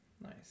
Nice